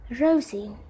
Rosie